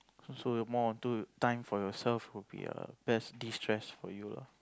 so so the more onto time for yourself would be a best distress for you lah